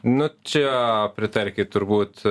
nu čia pritarkit turbūt